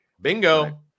Bingo